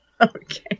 Okay